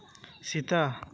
ᱥᱮᱛᱟ